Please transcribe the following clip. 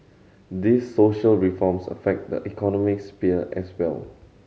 these social reforms affect the economic sphere as well